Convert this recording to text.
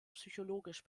psychologisch